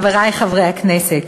חברי חברי הכנסת,